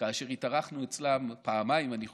כאשר התארחנו אצלם פעמיים, אני חושב,